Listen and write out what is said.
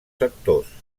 sectors